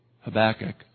Habakkuk